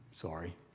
sorry